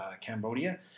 Cambodia